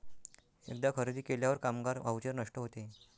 एकदा खरेदी केल्यावर कामगार व्हाउचर नष्ट होते